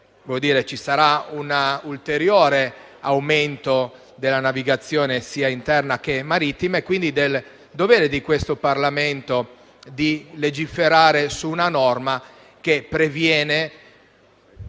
ci sarà un ulteriore aumento della navigazione, sia interna, sia marittima, e quindi del dovere di questo Parlamento di legiferare su una norma che previene